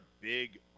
big